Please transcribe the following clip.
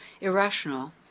irrational